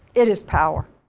it is power.